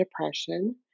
depression